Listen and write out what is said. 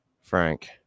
Frank